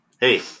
Hey